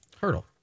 Hurdle